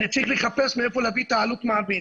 אני צריך לחפש מהיכן להביא את עלות המעביד.